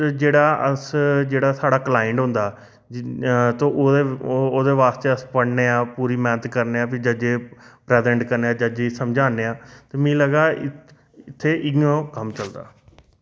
ते जेह्ड़ा साढ़ा क्लाइंट होंदा ओह्दे आस्तै अस पढ़ने आं पूरी मेह्नत करने आं प्ही प्रैजैंट करने आं जज्जै गी समझाने आं लड़ने आं मिगी लगदा इत्थै इ'यां कम्म चलदा